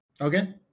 Okay